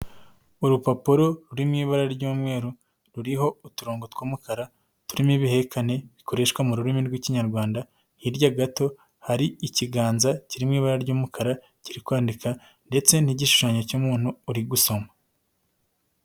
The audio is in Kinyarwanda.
Urupapuro ruri mu ibara ry'umweru ruriho uturongo tw'umukara turimo ibihekane bikoreshwa mu rurimi rw'Ikinyarwanda, hirya gato hari ikiganza kiri mu ibara ry'umukara kiri kwandika ndetse n'igishushanyo cy'umuntu uri gusoma.